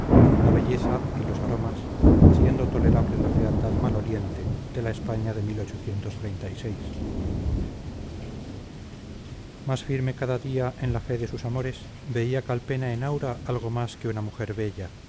la belleza y los aromas haciendo tolerable la fealdad maloliente de la españa de más firme cada día en la fe de sus amores veía calpena en aura algo más que una mujer bella